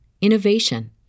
innovation